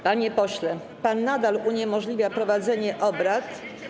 Panie pośle, pan nadal uniemożliwia prowadzenie obrad.